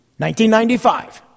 1995